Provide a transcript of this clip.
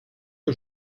que